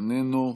איננו,